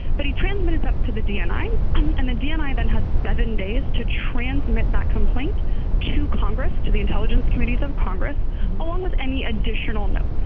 but he transmit it's up to the dni and the dni then has seven days to transmit that complaint to congress to the intelligence committees of congress along with any additional notes.